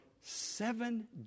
seven